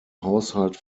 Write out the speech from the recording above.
haushalt